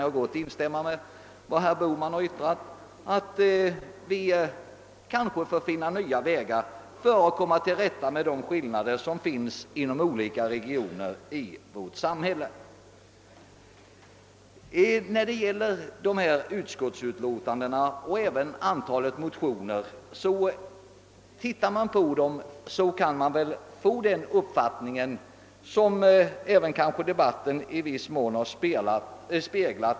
Jag kan instämma i vad herr Bohman tidigare sade, att vi kanske får försöka finna nya vägar att utjämna de skillnader som nu råder inom olika regioner i landet. Vid läsningen av statsutskottets utåtanden och de i ämnet väckta motio 1erna liksom vid åhörandet av denna debatt kan man få den uppfattningen, att oenigheten i dessa frågor är stor.